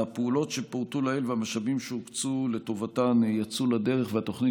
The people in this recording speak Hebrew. הפעולות שפורטו לעיל והמשאבים שהוקצו לטובתן יצאו לדרך והתוכנית